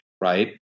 right